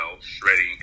shredding